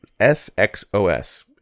SXOS